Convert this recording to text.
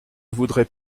voudrais